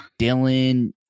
Dylan